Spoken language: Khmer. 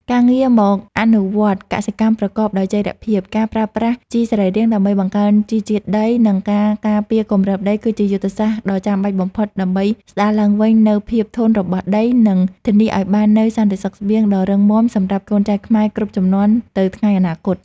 ការងាកមកអនុវត្តកសិកម្មប្រកបដោយចីរភាព ការប្រើប្រាស់ជីសរីរាង្គដើម្បីបង្កើនជីវជាតិដី និងការការពារគម្របដី គឺជាយុទ្ធសាស្ត្រដ៏ចាំបាច់បំផុតដើម្បីស្ដារឡើងវិញនូវ ភាពធន់របស់ដី និងធានាឱ្យបាននូវសន្តិសុខស្បៀងដ៏រឹងមាំសម្រាប់កូនចៅខ្មែរគ្រប់ជំនាន់ទៅថ្ងៃអនាគត។